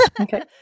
Okay